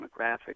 demographic